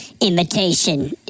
Imitation